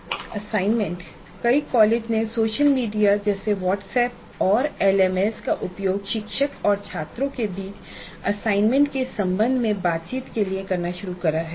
assignment कई कॉलेजों ने सोशल मीडिया जैसे व्हाट्सएप और एलएमएस का उपयोग शिक्षक और छात्रों के बीच असाइनमेंट के संबंध में बातचीत के लिए करना शुरू कर दिया है